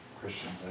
Christians